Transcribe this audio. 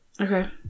Okay